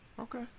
Okay